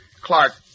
Clark